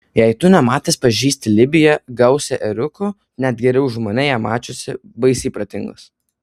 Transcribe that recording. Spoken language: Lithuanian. jei tu nematęs pažįsti libiją gausią ėriukų net geriau už mane ją mačiusį baisiai protingas